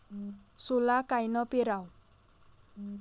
सोला कायनं पेराव?